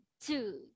two